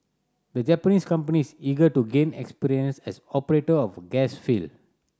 the Japanese company is eager to gain experience as operator of gas field